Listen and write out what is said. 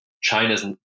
China's